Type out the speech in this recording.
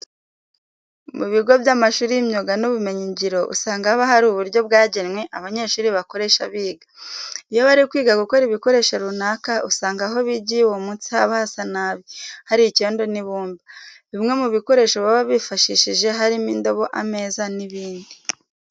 Mu bigo by'amashuri y'imyuga n'ubumenyingiro usanga haba hari uburyo bwagenwe abanyeshuri bakoresha biga. Iyo bari kwiga gukora ibikoresho runaka, usanga aho bigiye uwo munsi haba hasa nabi, hari icyondo n'ibumba. Bimwe mu bikoresho baba bifashishije harimo indobo, ameza n'ibindi.